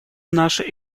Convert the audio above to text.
наши